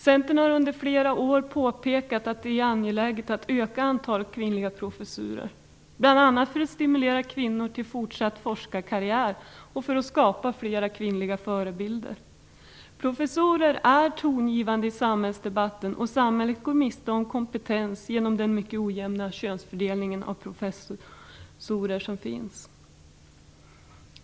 Centern har under flera år påpekat att det är angeläget att öka antalet kvinnliga professurer, bl.a. för att stimulera kvinnor till fortsatt forskarkarriär och för att skapa flera kvinnliga förebilder. Professorer är tongivande i samhällsdebatten, och samhället går miste om kompetens genom den mycket ojämna könsfördelningen bland professorer.